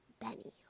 Benny